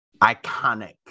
iconic